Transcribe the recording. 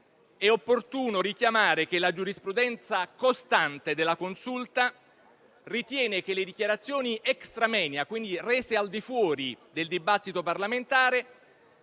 è opportuno richiamare che la giurisprudenza costante della Consulta ritiene che le dichiarazioni *extramoenia*, quindi rese al di fuori del dibattito parlamentare,